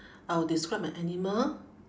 I'll describe my animal